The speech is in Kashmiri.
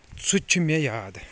سُہ تہِ چھُ مےٚ یاد